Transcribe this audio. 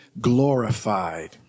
glorified